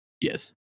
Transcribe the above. yes